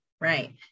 right